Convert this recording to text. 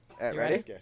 Ready